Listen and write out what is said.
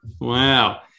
Wow